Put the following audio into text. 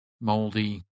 moldy